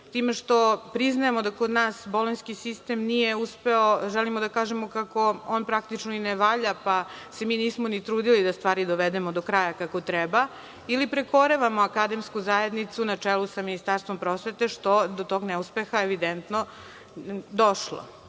time što priznajemo da kod nas bolonjski sistem nije uspeo, želimo da kažemo kako on praktično i ne valja, pa se mi nismo ni trudili da stvari dovedemo do kraja kako treba ili prekorevamo akademsku zajednicu na čelu sa Ministarstvom prosvete, što je do tog neuspeha evidentno